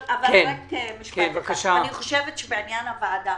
אבל רק משפט אחד: בעניין הוועדה,